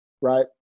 Right